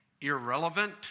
irrelevant